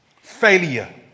Failure